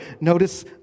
Notice